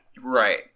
Right